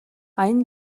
аян